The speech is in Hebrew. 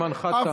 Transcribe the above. זמנך תם.